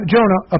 Jonah